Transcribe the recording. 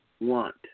want